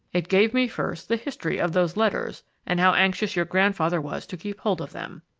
it gave me first the history of those letters and how anxious your grandfather was to keep hold of them.